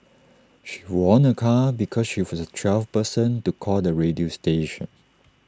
she won A car because she was the twelfth person to call the radio station